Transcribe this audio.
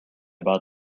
about